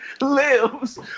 lives